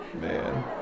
Man